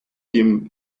dem